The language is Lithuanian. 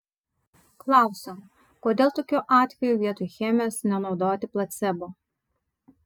klausiau kodėl tokiu atveju vietoj chemijos nenaudoti placebo